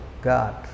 God